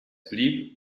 blieb